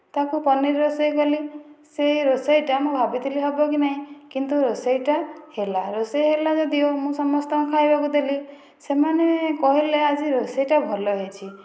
ତାକୁ ପନିର ରୋଷେଇ କଲି ସେ ରୋଷେଇଟା ମୁଁ ଭାବିଥିଲି ହେବ କି ନାହିଁ କିନ୍ତୁ ରୋଷେଇଟା ହେଲା ରୋଷେଇ ହେଲା ଯଦିଓ ମୁଁ ସମସ୍ତଙ୍କୁ ଖାଇବାକୁ ଦେଲି ସେମାନେ କହିଲେ ଆଜି ରୋଷେଇଟା ଭଲ ହୋଇଛି